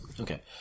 Okay